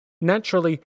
Naturally